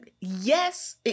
yes